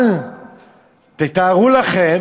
אבל תתארו לכם